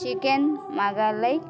chicken Mughlai